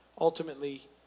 ultimately